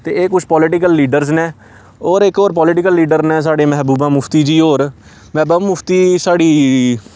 ते एह् कुछ पोलीिटिकल लीडर्स न होर इक होर पोालिटिकल लीडर न साढ़े मैहबूबा मुफ्त जी होर मैहबूबा मुफ्त साढ़ी